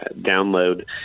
download